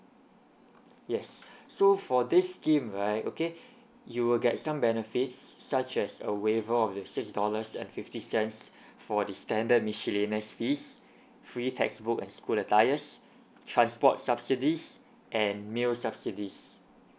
yes so for this scheme right okay you will get some benefits such as a waiver of the six dollars and fifty cents for the standard miscellaneous fees free textbook and school attires transport subsidies and meals subsidies